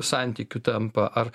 santykiu tampa ar